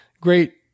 great